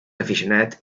aficionat